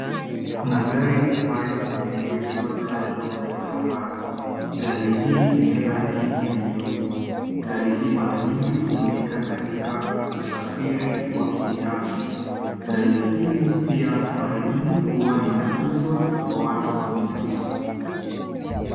Kuna gari ambayo imeegezwa kando ya barabara. Gari hii ni ya rangi ya nyeupe. Gari hii mara nyingi hutumika katika usafiri wa kibinafsi. Gari hili pia mara nyingi huwa linauzwa kwa watu binafsi.